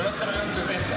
ולא צריך להיות במתח.